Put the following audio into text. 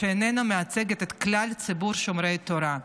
שאיננה מייצגת את כלל ציבור שומרי התורה".